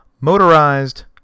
motorized